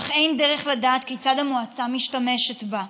אך אין דרך לדעת כיצד המועצה משתמשת בהם.